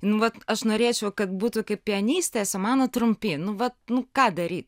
nu vat aš norėčiau kad būtų kaip pianistės o mano trumpi nu vat nu ką daryt